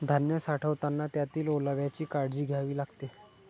धान्य साठवताना त्यातील ओलाव्याची काळजी घ्यावी लागते